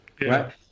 right